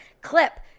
clip